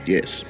Yes